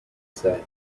said